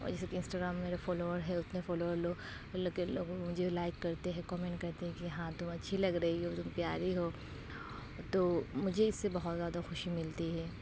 جیسے کہ انسٹاگرام میں میرے فالوور ہیں اتنے فالوور لوگ مجھے لائک کرتے ہیں کومنٹ کرتے ہیں کہ ہاں تم اچھی لگ رہی ہو تم پیاری ہو تو مجھے اس سے بہت زیادہ خوشی ملتی ہے